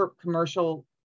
commercial